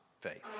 faith